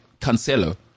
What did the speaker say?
Cancelo